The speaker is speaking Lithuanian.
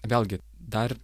vėlgi dar